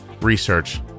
research